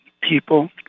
people